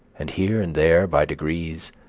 and here and there, by degrees,